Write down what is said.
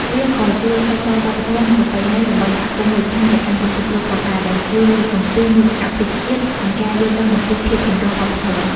វាក៏ជួយផ្សព្វផ្សាយវប្បធម៌ និងប្រពៃណីរបស់សហគមន៍មូលដ្ឋានទៅកាន់ពិភពលោកផងដែរ ដែលជួយលើកកម្ពស់មោទកភាពជាតិ និងការយល់ដឹងអំពីភាពចម្រុះវប្បធម៌។